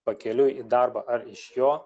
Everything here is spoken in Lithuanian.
pakeliui į darbą ar iš jo